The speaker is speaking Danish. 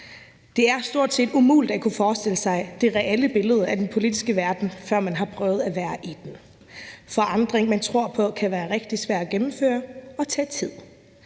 Det er stort set umuligt at kunne forestille sig det reelle billede af den politiske verden, før man har prøvet at være i den. Forandring, man tror på, kan være rigtig svær at gennemføre og kan tage tid.